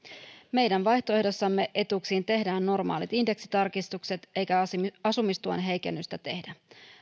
meidän vaihtoehdossamme etuuksiin tehdään normaalit indeksitarkistukset eikä asumistuen heikennystä tehdä